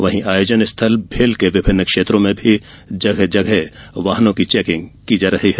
वहीं आयोजन स्थल भेल के विभिन्न क्षेत्रों में भी जगह जगह वाहनों की चेकिंग की जा रही है